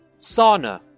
Sauna